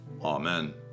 Amen